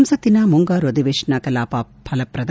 ಸಂಸತ್ತಿನ ಮುಂಗಾರು ಅಧಿವೇಶನ ಕಲಾಪ ಫಲಪ್ರದ